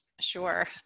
Sure